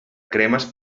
cremes